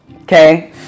Okay